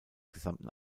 gesamten